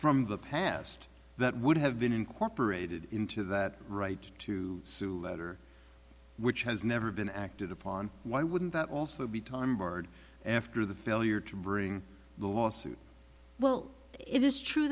from the past that would have been incorporated into that right to sue letter which has never been acted upon why wouldn't that also be time barred after the failure to bring the lawsuit well it is true